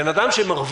בן אדם שמרוויח